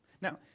Now